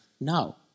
No